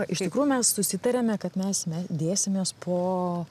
iš tikrųjų mes susitarėme kad mes me dėsimės po